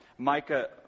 Micah